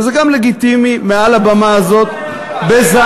וזה גם לגיטימי, מעל הבמה הזאת בזעם.